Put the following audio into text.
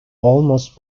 almost